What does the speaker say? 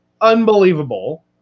unbelievable